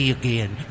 again